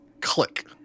click